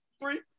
three